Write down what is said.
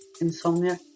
insomnia